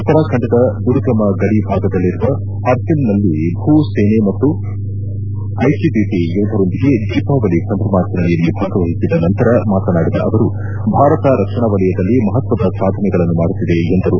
ಉತ್ತರಾಖಂಡದ ದುರ್ಗಮ ಗಡಿ ಭಾಗದಲ್ಲಿರುವ ಹರ್ಸಿಲ್ನಲ್ಲಿ ಭೂ ಸೇನೆ ಮತ್ತು ಐಟಿಐಪಿ ಯೋಧರೊಂದಿಗೆ ದೀಪಾವಳಿ ಸಂಭ್ರಮಾಚರಣೆಯಲ್ಲಿ ಭಾಗವಹಿಸಿದ ನಂತರ ಮಾತನಾಡಿದ ಅವರು ಭಾರತ ರಕ್ಷಣಾ ವಲಯದಲ್ಲಿ ಮಪತ್ವದ ಸಾಧನೆಗಳನ್ನು ಮಾಡುತ್ತಿದೆ ಎಂದರು